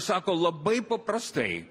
sako labai paprastai